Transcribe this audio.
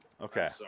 Okay